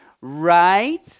right